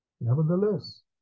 nevertheless